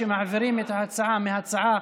את ההצעה מהצעה